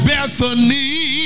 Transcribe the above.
Bethany